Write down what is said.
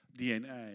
DNA